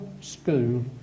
school